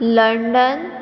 London